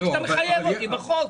לא כשאתה מחייב אותי בחוק.